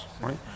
Right